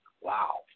wow